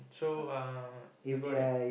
so uh you got a~